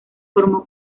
formó